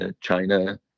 China